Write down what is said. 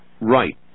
right